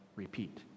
repeat